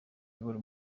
uyobora